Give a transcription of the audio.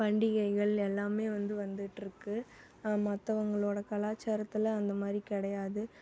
பண்டிகைகள் எல்லாமே வந்து வந்துட்டிருக்கு மத்தவங்களோடய கலாச்சாரத்தில் அந்த மாதிரி கிடையாது